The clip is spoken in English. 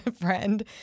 friend